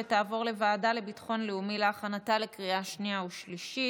ותעבור לוועדה לביטחון לאומי להכנתה לקריאה שנייה ושלישית.